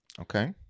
Okay